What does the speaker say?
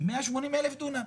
180,000 דונם.